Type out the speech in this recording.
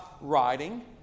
writing